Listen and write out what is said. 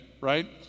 right